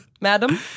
Madam